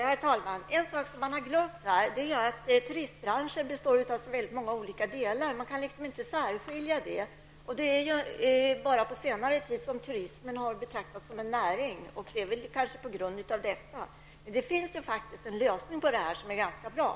Herr talman! En sak som man har glömt här är att turistbranschen består av många olika delar. Det går inte att särskilja dem. Det är bara på senare tid som turismen har betraktats som en näring. Det finns faktiskt en lösning på detta som är bra.